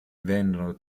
vennero